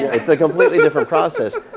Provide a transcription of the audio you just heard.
it's a completely different process.